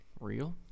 real